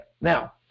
Now